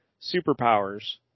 superpowers